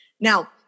Now